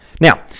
Now